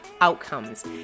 outcomes